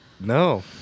No